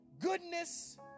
Goodness